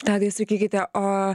tadai sakykite o